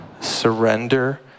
surrender